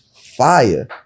fire